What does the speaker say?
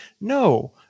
No